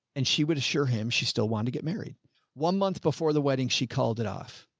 and she would assure him she still wanted to get married one month before the wedding. she called it off.